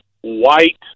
white